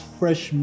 fresh